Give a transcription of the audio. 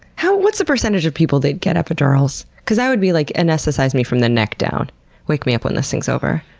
what's the percentage of people that get epidurals? because i would be like, anaesthetize me from the neck down wake me up when this thing's over.